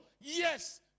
Yes